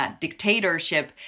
dictatorship